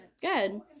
Good